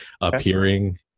appearing